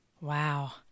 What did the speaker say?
Wow